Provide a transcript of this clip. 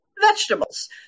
vegetables